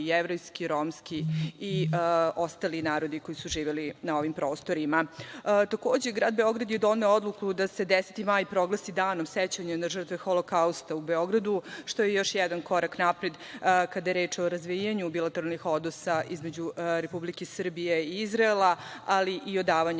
jevrejski, romski i ostali narodi koji su živeli na ovim prostorima. Takođe, grad Beograd je doneo odluku da se 10. maj proglasi Danom sećanja na žrtve Holokausta u Beogradu, što je još jedan korak napred kada je reč o razvijanju bilateralnih odnosa između Republike Srbije i Izraela, ali i odavanja